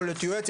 יועצת,